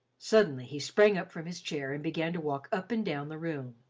suddenly he sprang up from his chair and began to walk up and down the room.